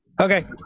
Okay